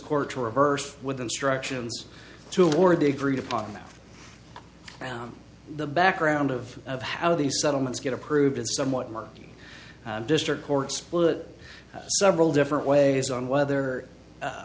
court to reverse with instructions to award the agreed upon amount and the background of of how these settlements get approved is somewhat murky district court split several different ways on whether